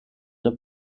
der